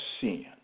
sin